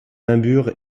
namur